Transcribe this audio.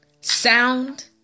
sound